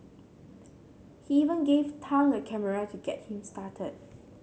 he even gave Tang a camera to get him started